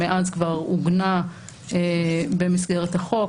שמאז כבר עוגנה במסגרת החוק.